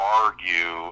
argue